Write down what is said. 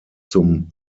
zum